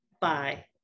Bye